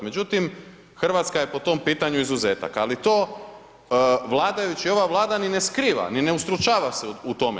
Međutim, RH je po tom pitanju izuzetak, ali to vladajući i ova Vlada ni ne skriva, ni ne ustručava se u tome.